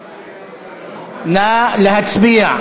להצביע.